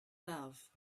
love